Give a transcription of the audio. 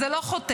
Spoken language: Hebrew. זה לא חותך.